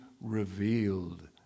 revealed